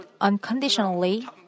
unconditionally